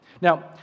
Now